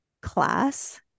class